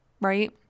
Right